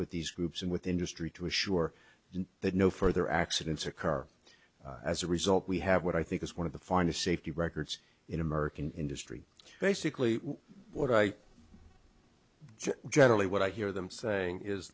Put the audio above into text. with these groups and with industry to assure him that no further accidents occur as a result we have what i think is one of the finest safety records in american industry basically what i generally what i hear them saying is